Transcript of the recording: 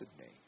name